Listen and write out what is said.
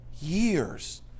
years